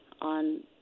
on